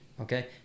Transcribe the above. okay